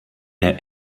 der